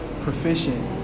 proficient